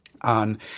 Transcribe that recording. on